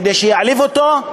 כדי שיעליב אותו?